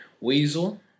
Weasel